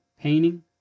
painting